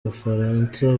bufaransa